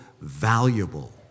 valuable